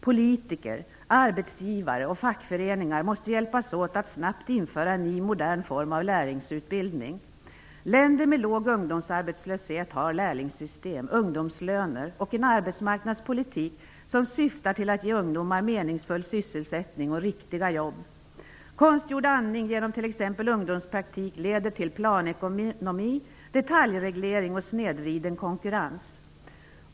Politiker, arbetsgivare och fackföreningar måste hjälpas åt att snabbt införa en ny, modern form av lärlingsutbildning. Länder med låg ungdomsarbetslöshet har lärlingssystem, ungdomslöner och en arbetsmarknadspolitik som syftar till att ge ungdomar meningsfull sysselsättning och riktiga jobb. Konstgjord andning genom t.ex. ungdomspraktik leder till planekonomi, detaljreglering och snedvriden konkurrens.